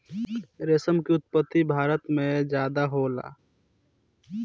रेशम के उत्पत्ति भारत में ज्यादे होला